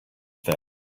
fell